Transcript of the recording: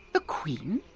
ah queen?